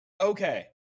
Okay